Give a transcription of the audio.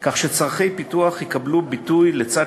כך שצורכי פיתוח יקבלו ביטוי לצד